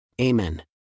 Amen